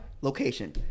location